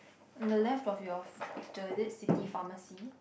on the left of your f~ picture is it city pharmacy